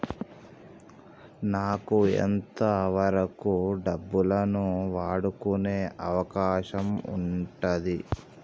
నాకు ఎంత వరకు డబ్బులను వాడుకునే అవకాశం ఉంటది?